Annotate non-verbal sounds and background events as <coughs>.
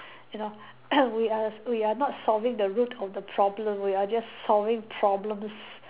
you know <coughs> we are we are not solving the root of the problem we are just solving problems